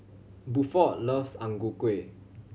Buford loves Ang Ku Kueh